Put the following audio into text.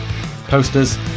posters